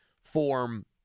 form –